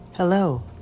Hello